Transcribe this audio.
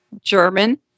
German